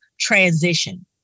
transition